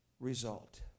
Result